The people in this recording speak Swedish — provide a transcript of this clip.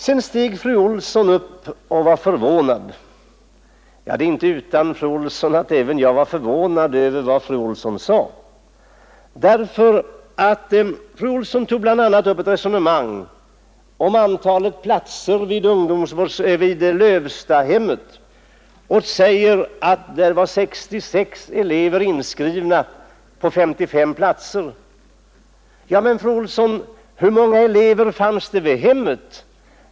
Sedan steg fru Olsson i Hölö upp och var förvånad. Ja, det är inte utan att även jag blev förvånad över vad fru Olsson sade. Hon tog bl.a. upp ett resonemang om antalet platser vid Lövstahemmet och sade att där var 66 elever inskrivna på 55 platser. Ja, men fru Olsson, hur många elever fanns det vid hemmet?